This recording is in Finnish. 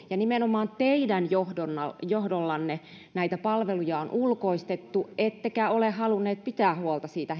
ja nimenomaan teidän johdollanne näitä palveluja on ulkoistettu ettekä ole halunneet pitää huolta siitä